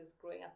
growing